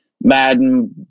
Madden